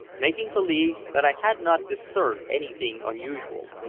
making believe that i had not discerned anything unusual,